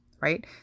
right